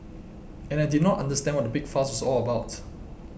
and I did not understand what the big fuss was all about